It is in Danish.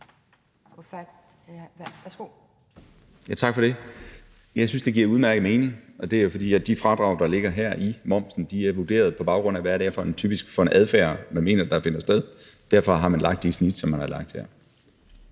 Tak for det. Jeg synes, det giver udmærket mening, og det er, fordi de fradrag, der ligger her i forhold til momsen, er vurderet på baggrund af, hvad det typisk er for en adfærd, man mener finder sted, og derfor har man det snit, som man har lagt her.